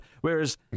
whereas